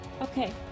Okay